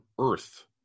earth